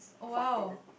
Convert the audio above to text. fourteen ah